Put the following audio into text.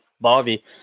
Bobby